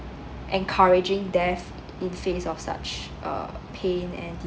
encouraging death in face of such uh pain and